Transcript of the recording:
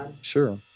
Sure